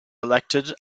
elected